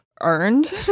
earned